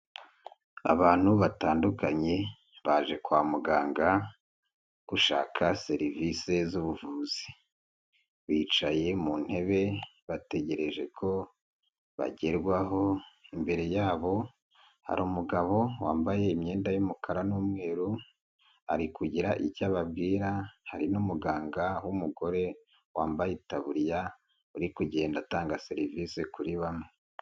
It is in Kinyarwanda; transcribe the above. Abantu batandukanye baje kwa muganga gushaka serivisi z'ubuvuzi, bicaye mu ntebe bategereje ko bagerwaho, imbere yabo hari umugabo wambaye imyenda y'umukara n'umweru, ari kugira icyo ababwira, hari n'umuganga w'umugore wambaye itaburiya uri kugenda atanga serivisi kuri bamwe.